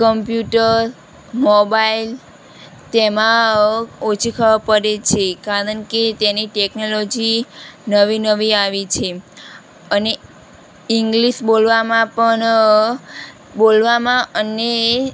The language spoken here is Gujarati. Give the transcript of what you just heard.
કંપ્યુટર મોબાઈલ તેમાં ઓછી ખબર પડે છે કારણ કે તેની ટેકનોલોજી નવી નવી આવી છે અને ઇંગ્લિસ બોલવામાં પણ બોલવામાં અને